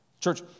Church